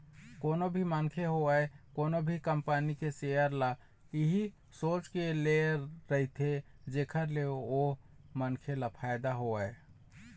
कोनो भी मनखे होवय कोनो कंपनी के सेयर ल इही सोच के ले रहिथे जेखर ले ओ मनखे ल फायदा होवय